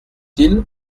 ils